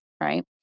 right